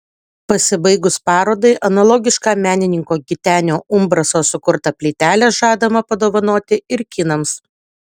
pasibaigus parodai analogišką menininko gitenio umbraso sukurtą plytelę žadama padovanoti ir kinams